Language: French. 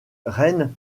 reine